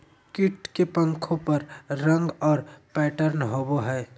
कीट के पंखों पर रंग और पैटर्न होबो हइ